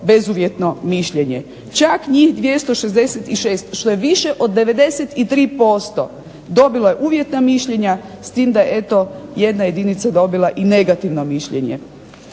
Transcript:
bezuvjetno mišljenje, čak njih 266 što je više od 93% dobilo je uvjetna mišljenja, s tim da eto jedna jedinica dobila i negativno mišljenje.